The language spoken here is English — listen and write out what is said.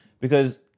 because-